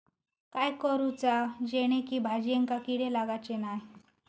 काय करूचा जेणेकी भाजायेंका किडे लागाचे नाय?